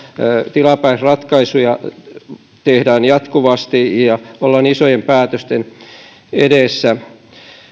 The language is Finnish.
tilapäisratkaisuja tehdään jatkuvasti ja ollaan isojen päätösten edessä